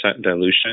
dilution